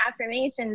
affirmations